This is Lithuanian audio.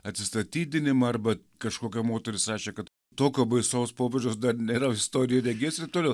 atsistatydinimą arba kažkokia moteris rašė kad tokio baisaus pobūdžio dar nėra istorijoj regėjus ir taip toliau